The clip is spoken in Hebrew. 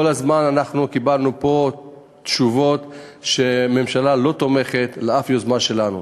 כל הזמן קיבלנו פה תשובות שהממשלה לא תומכת בשום יוזמה שלנו.